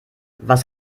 was